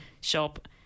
shop